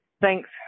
thanks